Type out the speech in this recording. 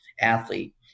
Athlete